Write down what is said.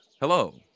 Hello